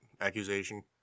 accusation